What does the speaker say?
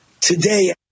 today